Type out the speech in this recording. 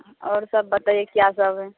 اور سب بتائیے کیا سب ہے